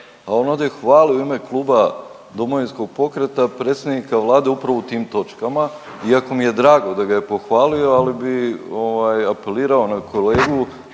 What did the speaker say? a on ovdje hvali u ime Kluba Domovinskog pokreta predstavnika vlade upravo u tim točkama, iako mi je drago da ga je pohvalio, ali bi ovaj apelirao na kolegu